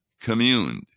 communed